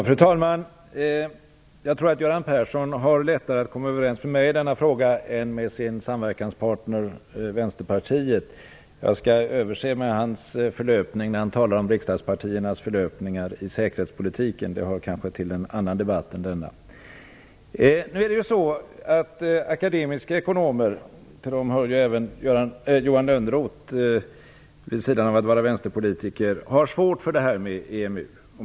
Fru talman! Jag tror att Göran Persson har lättare att komma överens med mig i denna fråga än med sin samverkanspartner Vänsterpartiet. Jag skall överse med hans förlöpning när han talar om riksdagspartiernas fördömanden i säkerhetspolitiken. Det hör kanske till en annan debatt än denna. Akademiska ekonomer - till dem hör även Johan Lönnroth, vid sidan av att han är vänsterpolitiker - har svårt för EMU.